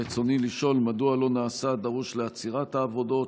רצוני לשאול: 1. מדוע לא נעשה הדרוש לעצירת העבודות?